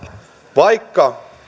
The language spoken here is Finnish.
vaikka